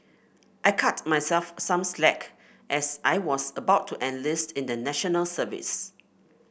I cut myself some slack as I was about to enlist in National Service